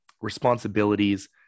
responsibilities